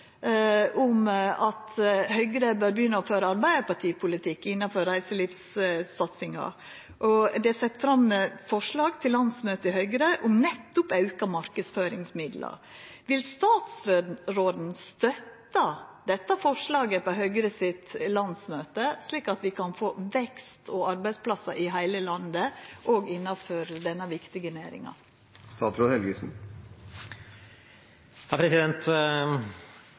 om at Høgre bør begynna å føra arbeidarpartipolitikk innanfor reiselivssatsinga, og det er sett fram forslag til landsmøtet i Høgre om nettopp auka marknadsføringsmidlar. Vil statsråden støtta dette forslaget på Høgre sitt landsmøte, slik at vi kan få vekst og arbeidsplassar i heile landet òg innanfor denne viktige